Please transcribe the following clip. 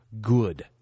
Good